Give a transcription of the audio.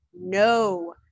no